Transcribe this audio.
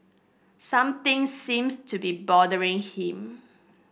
something seems to be bothering him